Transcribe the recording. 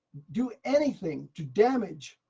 do anything to damage,